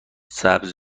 سبز